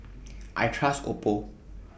I Trust Oppo